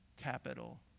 Capital